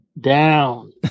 Down